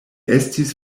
estis